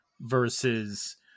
Versus